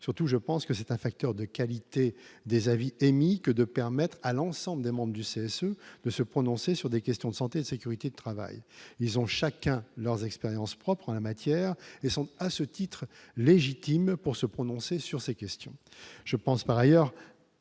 surtout je pense que c'est un facteur de qualité des avis émis que de permettre à l'ensemble des membres du CCE de se prononcer sur des questions de santé, de sécurité, de travail, ils ont chacun leurs expériences propres en la matière et sont à ce titre légitimes pour se prononcer sur ces questions, je pense par ailleurs, je tiens par